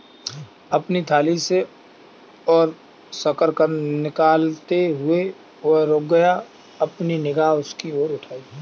अपनी थाली से और शकरकंद निकालते हुए, वह रुक गया, अपनी निगाह उसकी ओर उठाई